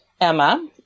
Emma